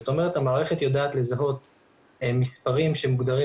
המערכת יודעת לזהות מספרים שמוגדרים